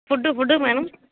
food food madam